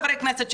חברי הכנסת,